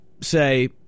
say